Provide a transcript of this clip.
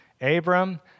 Abram